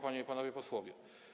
Panie i Panowie Posłowie!